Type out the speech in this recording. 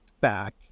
back